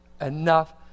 enough